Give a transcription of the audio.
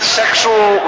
sexual